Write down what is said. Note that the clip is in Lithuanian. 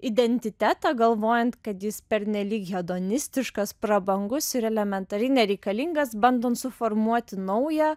identitetą galvojant kad jis pernelyg hedonistiškas prabangus ir elementariai nereikalingas bandant suformuoti naują